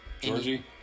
georgie